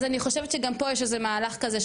אז אני חושבת שגם פה יש איזה מהלך כזה,